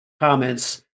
comments